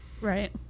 Right